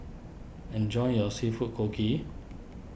enjoy your Seafood Congee